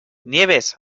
nieves